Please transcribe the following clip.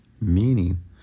meaning